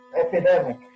epidemic